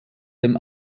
dem